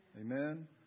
Amen